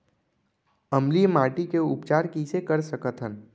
अम्लीय माटी के उपचार कइसे कर सकत हन?